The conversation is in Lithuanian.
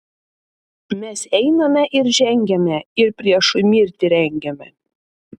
mes einame ir žengiame ir priešui mirtį rengiame